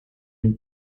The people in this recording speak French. une